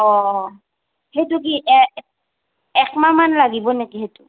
অঁ অঁ সেইটো কি একমাহমান লাগিব নেকি সেইটো